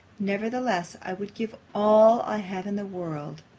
nevertheless, i would give all i have in the world,